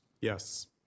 Yes